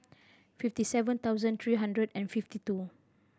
fifty seven thousand three hundred and fifty two